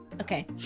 okay